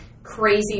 crazy